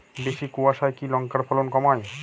বেশি কোয়াশায় কি লঙ্কার ফলন কমায়?